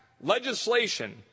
legislation